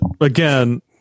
again